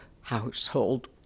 household